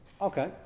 Okay